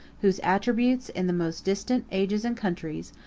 whose attributes, in the most distant ages and countries,